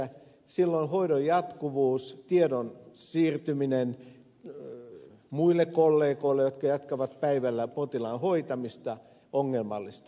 silloin hoidon jatkuvuus tiedon siirtyminen muille kollegoille jotka jatkavat päivällä potilaan hoitamista ongelmallistuu